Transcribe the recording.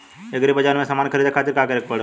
Agri बाज़ार से समान ख़रीदे खातिर का करे के पड़ेला?